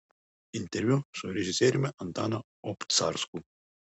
interviu su režisieriumi antanu obcarsku